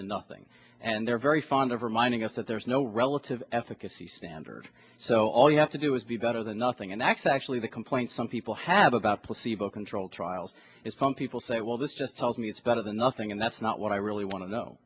to nothing and they're very fond of reminding us that there is no relative efficacy standard so all you have to do is be better than nothing and x actually the complaint some people have about placebo controlled trials is some people say well this just tells me it's better than nothing and that's not what i really want to know